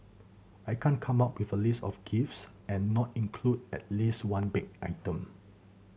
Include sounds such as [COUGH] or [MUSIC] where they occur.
I can't come up with a list of gifts and not include at least one baked item [NOISE]